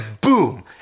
boom